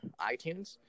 iTunes